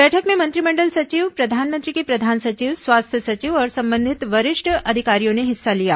बैठक में मंत्रिमंडल सचिव प्रधानमंत्री के प्रधान सचिव स्वास्थ्य सचिव और संबंधित वरिष्ठ अधिकारियों ने हिस्सा लिया